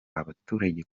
abaturage